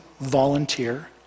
volunteer